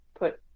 put